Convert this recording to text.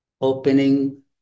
Opening